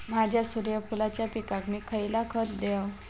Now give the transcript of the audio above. माझ्या सूर्यफुलाच्या पिकाक मी खयला खत देवू?